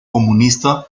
comunista